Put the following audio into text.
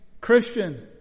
Christian